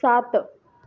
सात